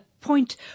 point